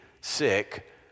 sick